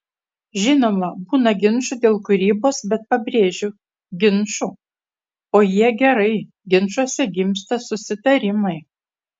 žinoma būna ginčų dėl kūrybos bet pabrėžiu ginčų o jie gerai ginčuose gimsta susitarimai